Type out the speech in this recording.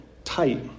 Tight